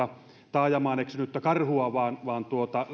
taajamaan eksynyttä karhua vaan vaan